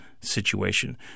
situation